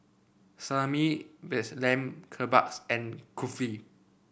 Salami vast Lamb Kebabs and Kulfi